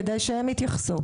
כדאי שהם יתייחסו.